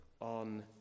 on